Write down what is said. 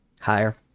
higher